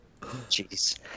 Jeez